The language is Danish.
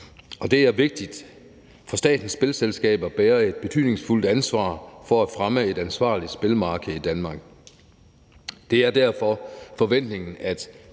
og det er vigtigt, for statens spilleselskaber bærer et betydningsfuldt ansvar for at fremme et ansvarligt spillemarked i Danmark. Det er derfor forventningen, at